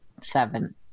Seven